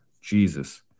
Jesus